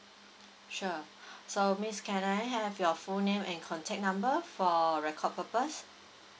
sure so miss can I have your full name and contact number for record purpose